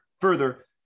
further